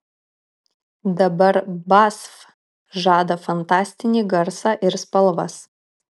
dabar basf žada fantastinį garsą ir spalvas